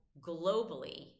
globally